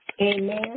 Amen